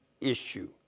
issue